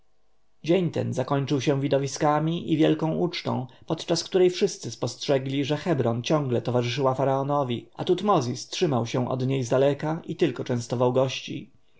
dzień ten zakończył się widowiskami i wielką ucztą podczas której wszyscy spostrzegli że hebron ciągle towarzyszyła faraonowi a tutmozis trzymał się od niej zdaleka i tylko częstował gości